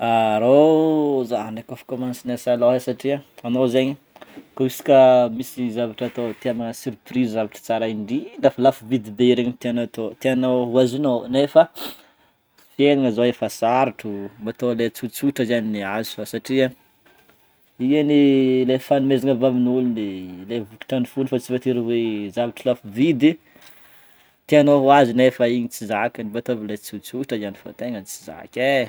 Arô zah ndreky efa commence niasa lôha satria anao zegny kô izy ka misy zavatra atao tia hanao surprise zavatra tsara indrindra fa lafo vidy be regny tianao atao tianao ho azonao nefa fiaignana zao efa sarotro mbô atao le tsotsotra zegny le azo satria igny anie le fanomezana avy amin'ôlo le le vokatran'ny fony fa tsy voatery hoe zavatra lafo vidy tianao ho azo nefa igny tsy zakany mbô atôvy le tsotsotra ihany fa tegna tsy zaka e.